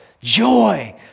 Joy